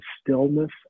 stillness